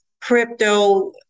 crypto